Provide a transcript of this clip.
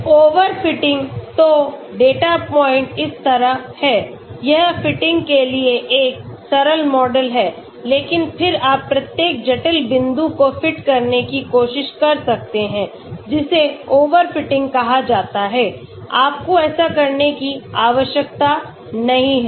overfitting तो data point इस तरह हैं यह फिटिंग के लिए एक सरल मॉडल है लेकिन फिर आप प्रत्येक जटिल बिंदु को फिट करने की कोशिश कर सकते हैं जिसे ओवरफिटिंग कहा जाता है आपको ऐसा करने की आवश्यकता नहीं है